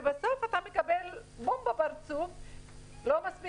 ובסוף אתה מקבל בומבה בפרצוף כשבנוסף